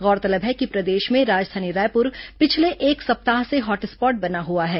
गौरतलब है कि प्रदेश में राजधानी रायपुर पिछले एक सप्ताह से हॉटस्पॉट बना हुआ है